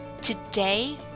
Today